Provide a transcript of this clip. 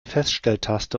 feststelltaste